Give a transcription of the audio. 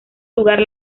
lugar